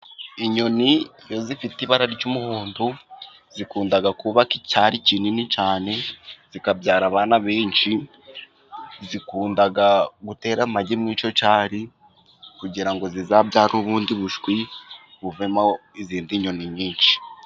Inyoni iyo ifite ibara ry'umuhondo, ikunda kubaka icyari kinini cyane ikabyara abana benshi, ikunda gutera amagi muri icyo cyari kugira ngo izabyare ubundi bushwi, buvemo izindi nyoni nyinshi.